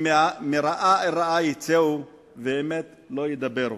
כי מרעה אל רעה יצאו, ואמת לא ידברו".